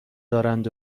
دارند